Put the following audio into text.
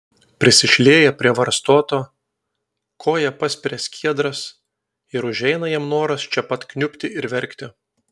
prisišlieja prie varstoto koja paspiria skiedras ir užeina jam noras čia pat kniubti ir verkti